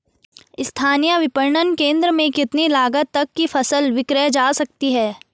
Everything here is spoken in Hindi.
स्थानीय विपणन केंद्र में कितनी लागत तक कि फसल विक्रय जा सकती है?